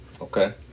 Okay